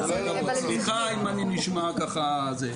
סליחה אם אני נשמע ככה.